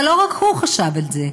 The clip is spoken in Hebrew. אבל לא רק הוא חשב על זה.